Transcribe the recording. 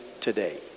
today